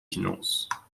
finances